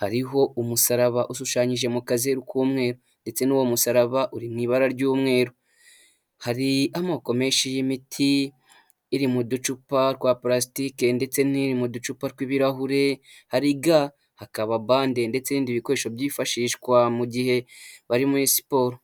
hariho umusaraba ushushanyije mu kazeru k'umweru, ndetse n'uwo musaraba uri mu ibara ry'umweru hari amoko menshi y'imiti iri mu ducupa twa purasitike ndetse niri mu ducupa tw'ibirahure, hari ga hakaba bande ndetse n'indi bikoresho byifashishwa mu gihe bari muri siporo.